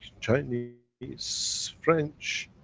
chinese, so french.